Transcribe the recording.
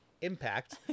impact